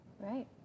Right